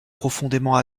profondément